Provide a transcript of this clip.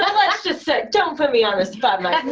um let's just sit, don't put me on the spot, my